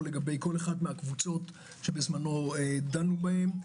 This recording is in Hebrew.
לגבי כל אחת מהקבוצות שבזמנו דנו בהן.